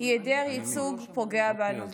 היעדר ייצוג פוגע בנו.